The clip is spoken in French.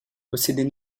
possédait